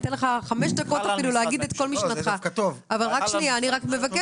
ניתן לך אפילו 5 דקות לומר את כל משנתך אבל כדי שלא